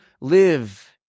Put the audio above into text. live